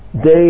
day